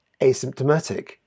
asymptomatic